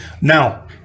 Now